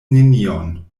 nenion